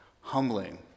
humbling